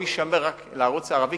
הוא יישמר רק לערוץ הערבי,